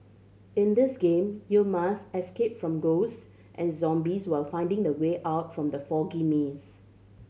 in this game you must escape from ghost and zombies while finding the way out from the foggy maze